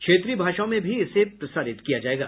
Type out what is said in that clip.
क्षेत्रीय भाषाओं में भी इसे प्रसारित किया जायेगा